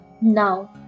Now